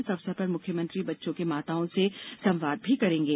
इस अवसर पर मुख्यमंत्री बच्चों की माताओं से संवाद भी करेंगे